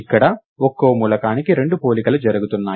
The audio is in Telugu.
ఇక్కడ ఒక్కో మూలకానికి రెండు పోలికలు జరుగుతున్నాయి